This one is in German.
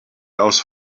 aus